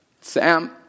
Sam